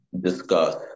discuss